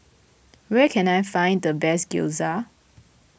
where can I find the best Gyoza